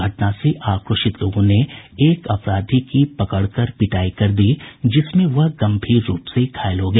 घटना से आक्रोशित लोगों ने एक अपराधी की पकड़कर पिटाई कर दी जिसमें वह गंभीर रूप से घायल हो गया